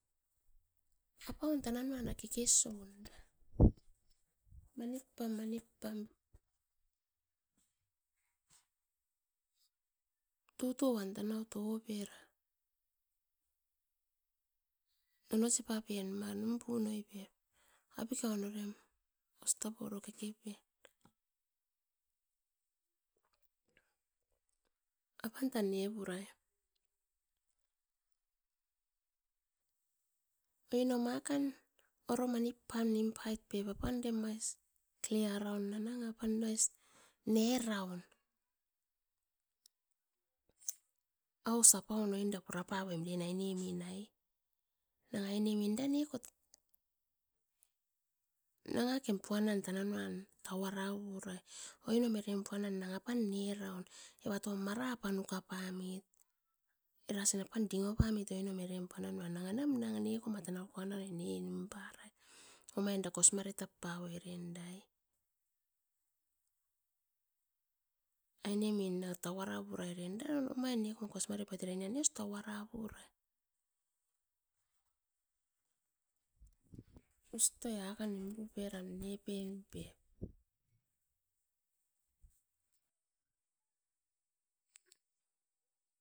Apaun tananan kekes soun era, manip pam manip pam tutoan to-opera nono sipa pen ma nim punoi pep apikiaun orem os tapo oro keke pen. Apan tan nepu rai oinom akan oro manip pam nim pait pep, apan maisclear apan mais naraun aus apaun oin da pura paioim aine min. Nanga ainem neko nangako eran puanan eran tauara purai, oinom eren puan nanga apan neraun eva, tom nanga mara apan uka pamit, erasin apan dingo pau amit uan ne nanga neko era puanan nepu rai. Omain era kos ngare tap puai aine min nanga tau ara purai era ne omain nekoan kosi ngare pauoi era ne nia tap pipunam. Ustoi akan nim puperan nepen pep.